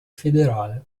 federale